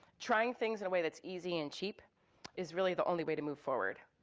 trying things in a way that's easy and cheap is really the only way to move forward.